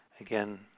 again